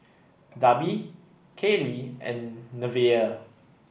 Darby Kailey and Nevaeh